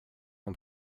dem